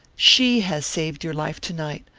she has saved your life to-night,